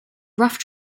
rough